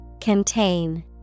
Contain